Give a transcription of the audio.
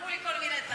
אמרו לי כל מיני דברים,